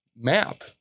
map